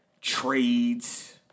Trades